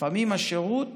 לפעמים השירות